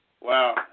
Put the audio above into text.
Wow